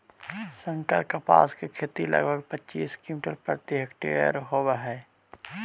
संकर कपास के खेती लगभग पच्चीस क्विंटल प्रति हेक्टेयर होवऽ हई